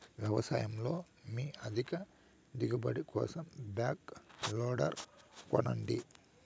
వ్యవసాయంలో మీ అధిక దిగుబడి కోసం బ్యాక్ లోడర్ కొనండి